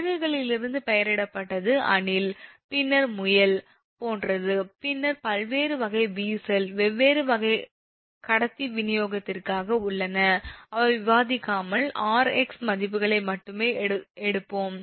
விலங்குகளிலிருந்து பெயரிடப்பட்டது அணில் பின்னர் முயல் போன்றது பின்னர் வெவ்வேறு வகை வீசல் வெவ்வேறு வகை கடத்திகள் விநியோகத்திற்காக உள்ளன அதை விவாதிக்காமல் 𝑟 𝑥 மதிப்புகளை மட்டுமே எடுப்போம்